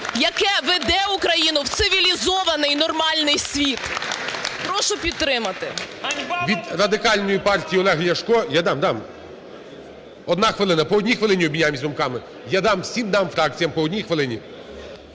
яке веде Україну в цивілізований нормальний світ. Прошу підтримати. ГОЛОВУЮЧИЙ. Від Радикальної партії Олег Ляшко. Я дам, дам. Одна хвилина. По одній хвилині обміняємось думками. Я дам всім фракціям по одній хвилині.